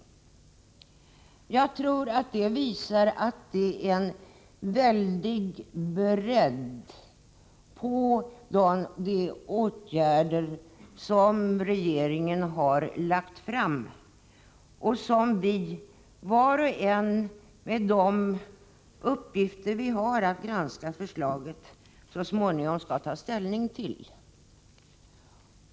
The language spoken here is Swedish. Det visar att det är en väldig bredd på de åtgärder som regeringen har föreslagit. Vi har ju var och en, med de olika uppgifter vi har, granskat det förslag som vi så småningom skall ta ställning till.